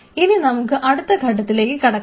ഇനി നമുക്ക് അടുത്ത ഘട്ടത്തിലേക്ക് കടക്കാം